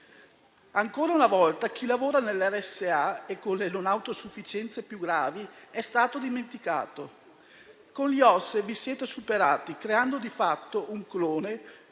Ancora una volta chi lavora nelle RSA e con le non autosufficienze più gravi è stato dimenticato. Con gli OSS vi siete superati, creando di fatto un clone